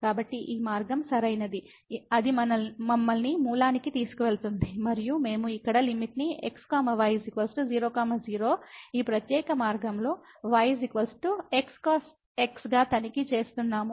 కాబట్టి ఈ మార్గం సరైనది అది మమ్మల్ని మూలానికి తీసుకువెళుతోంది మరియు మేము ఇక్కడ లిమిట్ ని x y 00 ఈ ప్రత్యేక మార్గంలో y x cos x గా తనిఖీ చేస్తున్నాము